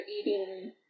eating